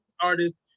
artists